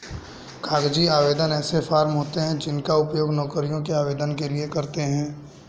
कागजी आवेदन ऐसे फॉर्म होते हैं जिनका उपयोग नौकरियों के आवेदन के लिए करते हैं